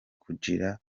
kugira